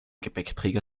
gepäckträger